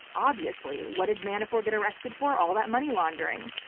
obviously, what did manafort get arrested for? all that money laundering.